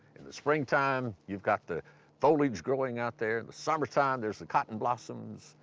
in the springtime, you've got the foliage growing out there. in the summertime, there's the cotton blossoms,